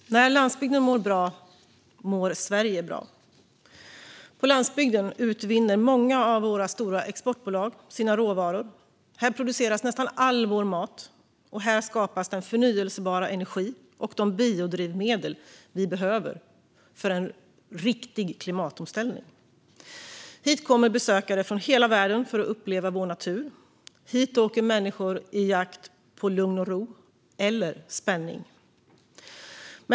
Fru talman! När landsbygden mår bra mår Sverige bra. På landsbygden utvinner många av våra stora exportbolag sina råvaror. Här produceras nästan all vår mat, och här skapas den förnybara energi och de biodrivmedel vi behöver för en riktig klimatomställning. Hit kommer besökare från hela världen för att uppleva vår natur. Hit åker människor i jakt på lugn och ro eller spänning.